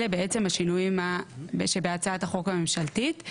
אלה השינויים שבהצעת החוק הממשלתית.